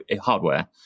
hardware